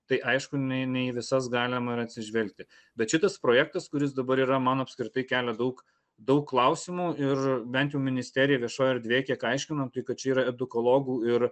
tai aišku ne ne į visas galima ir atsižvelgti bet šitas projektas kuris dabar yra man apskritai kelia daug daug klausimų ir bent jau ministerija viešoj erdvėj kiek aiškino kad čia yra edukologų ir